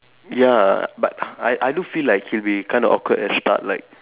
ya but I I do feel like he'll be kind of awkward at start like